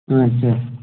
اَچھا